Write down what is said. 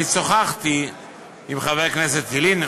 שוחחתי עם חבר הכנסת ילין,